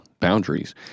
boundaries